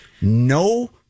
no